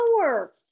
power